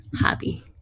hobby